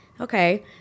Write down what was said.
okay